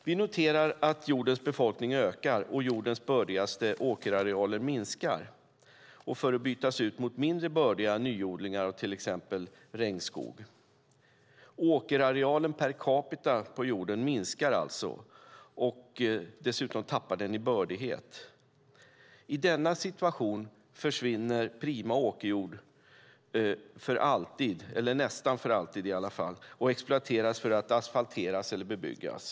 Vi noterar att jordens befolkning ökar och att jordens bördigaste åkerarealer minskar för att bytas ut mot mindre bördiga nyodlingar av till exempel regnskog. Åkerarealen per capita på jorden minskar alltså, och dessutom tappar den i bördighet. I denna situation försvinner prima åkerjord för alltid - eller i alla fall nästan för alltid - och exploateras för att asfalteras eller bebyggas.